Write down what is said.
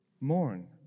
mourn